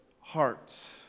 heart